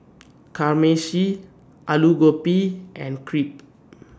Kamameshi Alu Gobi and Crepe